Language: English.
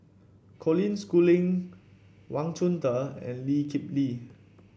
Colin Schooling Wang Chunde and Lee Kip Lee